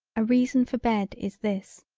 a reason for bed is this,